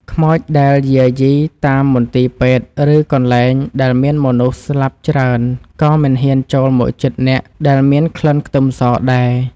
ខ្មោចដែលយាយីតាមមន្ទីរពេទ្យឬកន្លែងដែលមានមនុស្សស្លាប់ច្រើនក៏មិនហ៊ានចូលមកជិតអ្នកដែលមានក្លិនខ្ទឹមសដែរ។